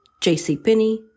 JCPenney